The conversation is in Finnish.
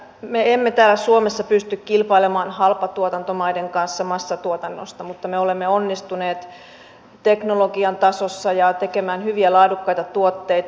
me emme täällä suomessa pysty kilpailemaan halpatuotantomaiden kanssa massatuotannosta mutta me olemme onnistuneet teknologian tasossa ja tekemään hyviä laadukkaita tuotteita